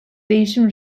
değişim